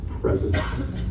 presence